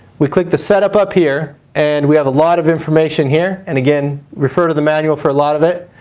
we click the setup up here and we have a lot of information here, and again refer to the manual for a lot of it.